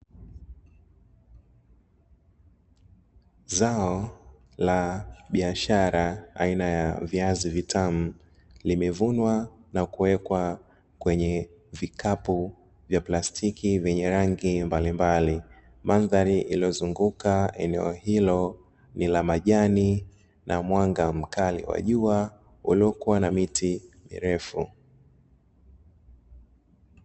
Zao la biashara aina ya viazi vitamu, limevunwa na kuwekwa kwenye vikapu vya plastiki vyenye rangi mbalimbali. Mandhari iliyozunguka eneo hilo ni la majani, na mwanga mkali wa jua uliokuwa na miti mirefu.